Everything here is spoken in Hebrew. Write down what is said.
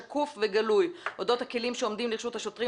שקוף וגלוי אודות הכלים שעומדים לרשות השוטרים